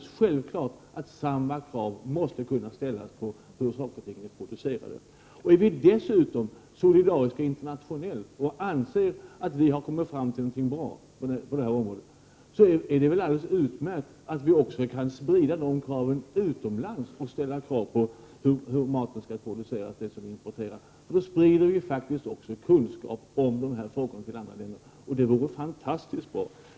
Samma krav måste kunna ställas på hur saker och ting produceras. Om vi dessutom är solidariska internationellt och anser att vi kommit fram till något bra på detta område, är det utmärkt om vi också kan sprida dessa krav utomlands och ställa krav på hur man skall producera det vi skall importera. Då sprider vi faktiskt också kunskap om detta till andra länder. Det vore fantastiskt bra.